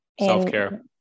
self-care